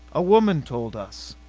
a woman told us.